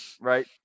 right